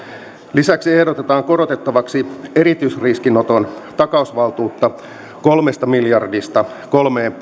lisäksi ehdotetaan korotettavaksi erityisriskinoton takausvaltuutta kolmesta miljardista kolmeen